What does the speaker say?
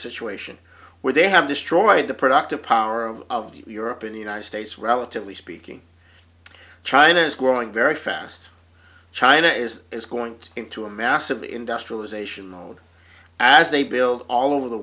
situation where they have destroyed the productive power of of europe in the united states relatively speaking china is growing very fast china is is going into a massive industrialization mode as they build all over the